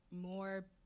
more